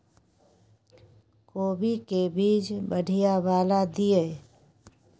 कोबी के बीज बढ़ीया वाला दिय?